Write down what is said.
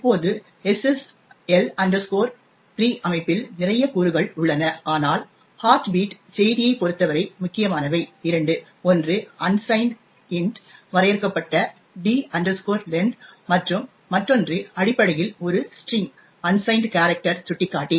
இப்போது SSL 3 அமைப்பில் நிறைய கூறுகள் உள்ளன ஆனால் ஹார்ட் பீட் செய்தியைப் பொறுத்தவரை முக்கியமானவை இரண்டு ஒன்று அன்சைன்ட் இன்ட் வரையறுக்கப்பட்ட d length மற்றும் மற்றொன்று அடிப்படையில் ஒரு ஸ்டிரிங் அன்சைன்ட் கேரக்டர் சுட்டிக்காட்டி